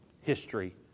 history